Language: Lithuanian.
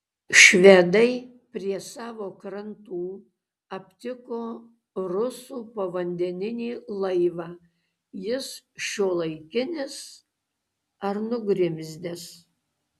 švedai prie savo krantų aptiko rusų povandeninį laivą jis šiuolaikinis ar nugrimzdęs